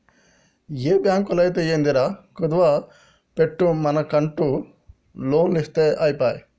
ఏ బాంకైతేందిరా, కుదువ బెట్టుమనకుంట లోన్లిత్తె ఐపాయె